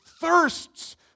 thirsts